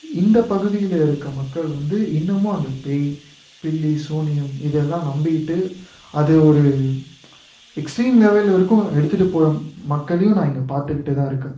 இந்த பகுதியில் இருக்க மக்கள் வந்து இன்னுமும் அந்த பேய் பில்லி சூனியம் இதெல்லாம் நம்பிக்கிட்டு அதை ஒரு எக்ஸ்ட்ரீம் லெவல் வரைக்கும் எடுத்துகிட்டு போகற மக்களையும் நான் இங்கே பார்த்துக்கிட்டு தான் இருக்கேன்